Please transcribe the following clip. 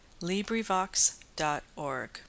LibriVox.org